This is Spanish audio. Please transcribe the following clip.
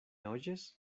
oyes